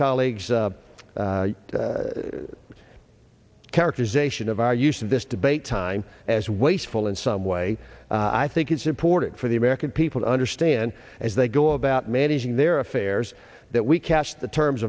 colleagues characterization of our use of this debate time as wasteful in some way i think it's important for the american people to understand as they go about managing their affairs that we catch the terms